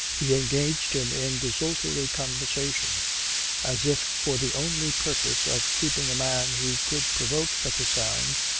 he engaged him in desultory conversation as if for the only purpose of keeping a man who could provoke such a sound,